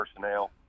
personnel